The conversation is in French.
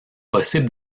possible